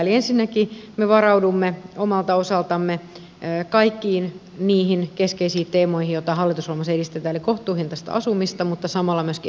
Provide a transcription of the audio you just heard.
ensinnäkin me varaudumme omalta osaltamme kaikkiin niihin keskeisiin teemoihin joita hallitusohjelmassa edistetään eli kohtuuhintaista asumista mutta samalla myöskin erityisryhmien asumista